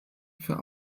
für